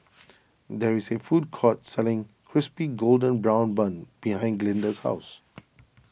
there is a food court selling Crispy Golden Brown Bun behind Glynda's house